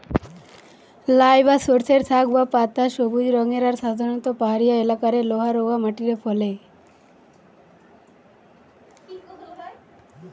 লাই বা সর্ষের শাক বা পাতা সবুজ রঙের আর সাধারণত পাহাড়িয়া এলাকারে লহা রওয়া মাটিরে ফলে